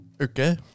Okay